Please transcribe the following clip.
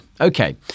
Okay